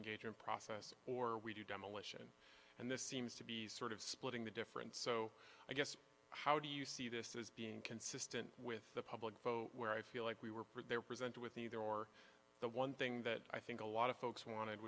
engagement process or we do demolition and this seems to be sort of splitting the difference so i guess how do you see this is being consistent with the public where i feel like we were there presented with either or the one thing that i think a lot of folks wanted